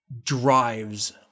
drives